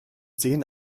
sehen